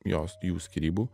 jos jų skyrybų